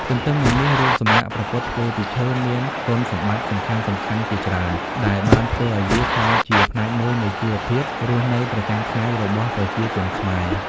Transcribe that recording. ទន្ទឹមនឹងនេះ រូបសំណាកព្រះពុទ្ធធ្វើពីឈើមានគុណសម្បត្តិសំខាន់ៗជាច្រើន ដែលបានធ្វើឱ្យវាក្លាយជាផ្នែកមួយនៃជីវភាពរស់នៅប្រចាំថ្ងៃរបស់ប្រជាជនខ្មែរ។